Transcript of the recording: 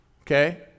okay